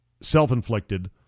self-inflicted